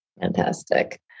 Fantastic